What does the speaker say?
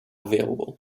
available